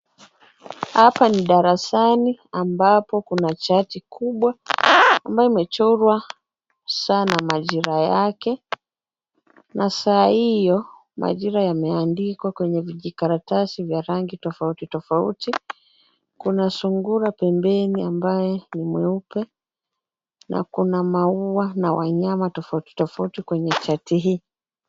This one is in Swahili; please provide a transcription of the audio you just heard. Hapa ni darasani ambapo kuna chati kubwa ambayo imechorwa saa na majira yake na saa hiyo majira yameandikwa kwenye vijikaratasi vya rangi tofauti tofauti. Kuna sungura pembeni ambaye ni mweupe na kuna maua na wanyama tofauti tofauti kwenye chati hii.